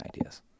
ideas